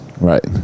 Right